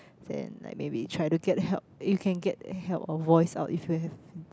then like maybe try to get help you can get help or voice out if you have